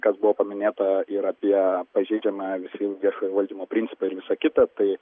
kas buvo paminėta ir apie pažeidžiamą visi viešojo valdymo principą ir visa kita tai